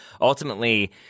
ultimately